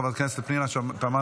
חברת הכנסת פנינה תמנו,